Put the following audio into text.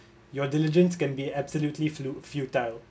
your diligence can be absolutely flu~ futile